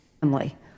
family